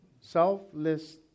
selfless